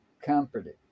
comforted